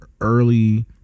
early